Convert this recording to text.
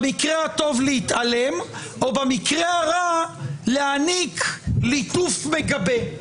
במקרה הטוב להתעלם ובמקרה הרע להעניק ליטוף מגבה.